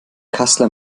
kassler